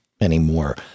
anymore